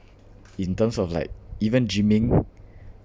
in terms of like even gymming